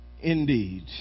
indeed